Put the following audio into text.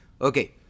Okay